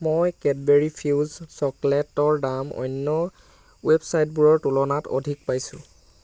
মই Cadbury Fuse চকলেটৰ দাম অন্য ৱেবচাইটবোৰৰ তুলনাত অধিক পাইছোঁ